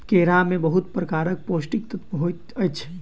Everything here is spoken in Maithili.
केरा में बहुत प्रकारक पौष्टिक तत्व होइत अछि